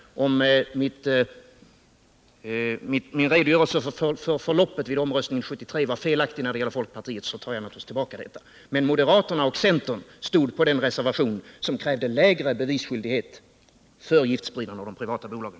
Om min redogörelse för förloppet vid omröstningen 1973 var felaktig när det gällde folkpartiet, tar jag naturligtvis tillbaka den. Men moderaterna och centern stod för den reservation som krävde lägre bevisskyldighet beträffande de giftspridande privata bolagen.